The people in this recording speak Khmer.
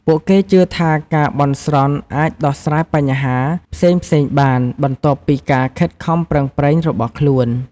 ពួកគេជឿថាការបន់ស្រន់អាចដោះស្រាយបញ្ហា ផ្សេងៗបាន បន្ទាប់ពីការខិតខំប្រឹងប្រែងរបស់ខ្លួន។